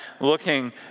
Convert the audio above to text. looking